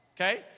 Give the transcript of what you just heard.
okay